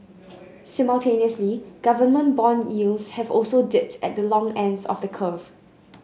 simultaneously government bond yields have also dipped at the long ends of the curve